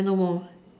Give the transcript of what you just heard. then no more